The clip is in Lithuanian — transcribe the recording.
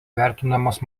vertinamas